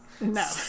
No